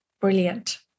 Brilliant